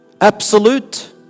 absolute